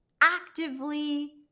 actively